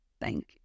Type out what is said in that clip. Thank